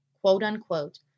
quote-unquote